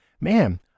Man